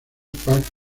park